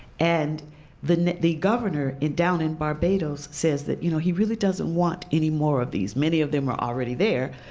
and the the governor down in barbados says that you know he really doesn't want any more of these. many of them are already there,